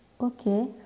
okay